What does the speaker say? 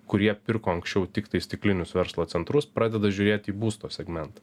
kurie pirko anksčiau tiktai stiklinius verslo centrus pradeda žiūrėti į būsto segmentą